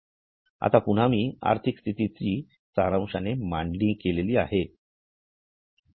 आता पुन्हा मी आर्थिक स्थितींची सारांशाने मांडणी केली आहे